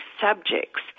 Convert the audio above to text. subjects